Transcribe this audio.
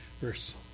Verse